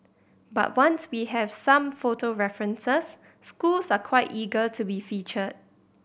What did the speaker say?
but once we have some photo references schools are quite eager to be featured